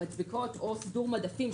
המדבקות או סידור מדפים,